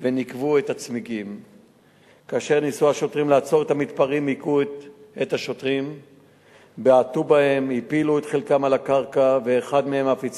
אני מקווה שהשר לביטחון פנים יבדוק את הנושא ויפעל כמו שצריך לפעול.